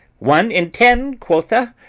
one in ten, quoth a!